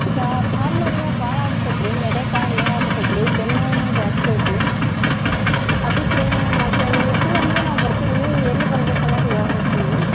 ಈಗ ಕಾಲ್ ನೋವು ಭಾಳ ಆಗ್ಬಿಟ್ಟೈತೆ ರೀ ನಡೆಯಕ ನೋವು ಆಗ್ಬಿಟ್ಟೈತೆ ರೀ ಬೆನ್ನು ನೋವುನು ಜಾಸ್ತಿ ಐತಿ ಅದಕ್ಕೆ ಮತ್ತು ನೀವು ಇರ್ತೀವಿ ಅಂದರೆ ನಾವು ಬರ್ತೀವಿ ರೀ ಎಲ್ಲಿ ಬರ್ಬೇಕು ಅನ್ನೋದು ಹೇಳ್ಬೇಕು ನೀವು